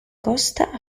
costa